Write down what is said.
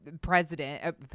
president